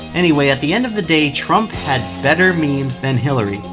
anyway, at the end of the day, trump had better memes than hillary.